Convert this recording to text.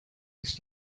ist